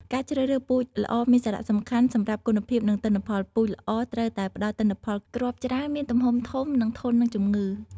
ការជ្រើសរើសពូជល្អមានសារៈសំខាន់សម្រាប់គុណភាព និងទិន្នផល ពូជល្អត្រូវតែ ផ្តល់ទិន្នផលគ្រាប់ច្រើន មានទំហំធំ និង ធន់នឹងជំងឺ។